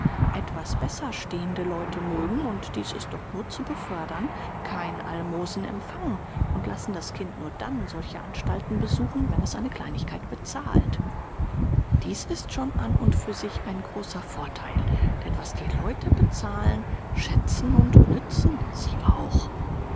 etwas besser stehende leute mögen und dies ist doch nur zu befördern kein almosen empfangen und lassen das kind nur dann solche anstalten besuchen wenn es eine kleinigkeit bezahlt dies ist schon an und für sich ein großer vortheil denn was die leute bezahlen schätzen und nützen sie auch